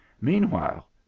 Meanwhile